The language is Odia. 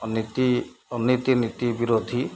ଅନୀତି ଅନୀତି ନୀତି ବିରୋଧୀ